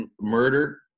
murder